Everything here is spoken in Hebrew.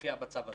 לפי המצב הזה.